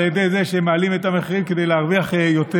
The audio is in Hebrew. ידי זה שהם מעלים את המחירים כדי להרוויח יותר,